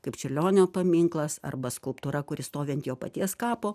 kaip čiurlionio paminklas arba skulptūra kuri stovi ant jo paties kapo